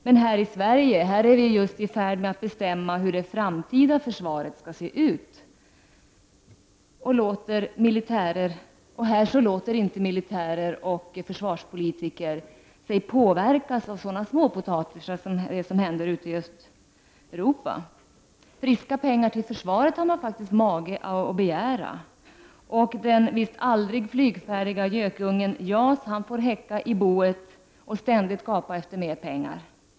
Men här i Sverige är vi i fård med att bestämma hur det framtida försvaret skall se ut, och här låter sig militärer och försvarspolitiker inte påverkas av sådan småpotatis som det som händer ute i Östeuropa. Man har faktiskt mage att begära friska pengar till försvaret. Den visst aldrig flygfärdiga gökungen JAS får häcka i boet och ständigt gapa efter mer pengar.